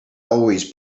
always